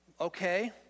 okay